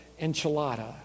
enchilada